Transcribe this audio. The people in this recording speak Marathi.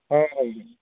हो हो